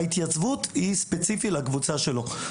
וההתייצבות היא ספציפית לקבוצה שלו.